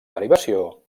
derivació